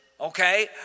Okay